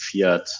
fiat